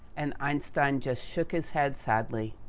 and, einstein just shook his head sadly.